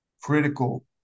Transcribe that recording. critical